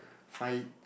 find it